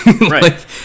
Right